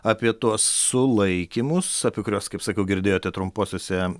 apie tuos sulaikymus apie kuriuos kaip sakiau girdėjote trumposiose